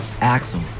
Axel